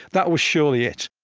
that was surely it